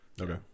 Okay